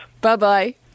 Bye-bye